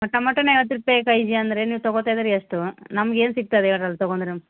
ಟಮಟನೂ ಐವತ್ತು ರೂಪಾಯಿ ಕೈಜಿ ಅಂದರೆ ನೀವು ತಗೋತಾ ಇದೀರಿ ಎಷ್ಟು ನಮ್ಗೆ ಏನು ಸಿಗ್ತದೆ ಅದ್ರಲ್ಲಿ ತಗೊಂಡ್ರ